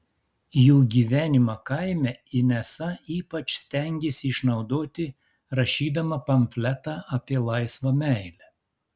jų gyvenimą kaime inesa ypač stengėsi išnaudoti rašydama pamfletą apie laisvą meilę